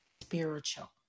spiritual